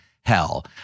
hell